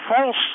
false